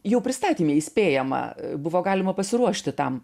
jau pristatyme įspėjama buvo galima pasiruošti tam